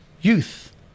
youth